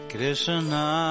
Krishna